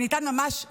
שניתן ממש מזמן,